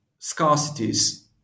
scarcities